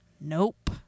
Nope